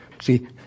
See